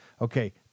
Okay